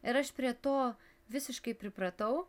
ir aš prie to visiškai pripratau